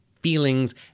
feelings